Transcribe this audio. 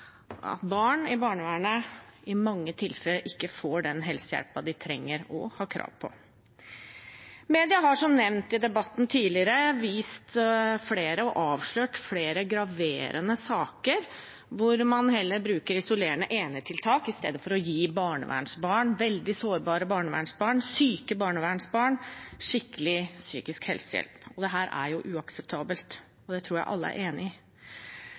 at barn i barnevernet i mange tilfeller ikke får den helsehjelpen de trenger og har krav på. Media har, som nevnt i debatten tidligere, avslørt flere graverende saker hvor man bruker isolerende enetiltak i stedet for å gi barnevernsbarn – veldig sårbare barnevernsbarn, syke barnevernsbarn – skikkelig psykisk helsehjelp. Dette er uakseptabelt, og det tror jeg alle er enig i.